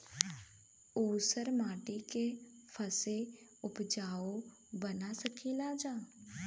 ऊसर माटी के फैसे उपजाऊ बना सकेला जा?